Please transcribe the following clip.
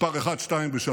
מס' 1, 2 ו-3,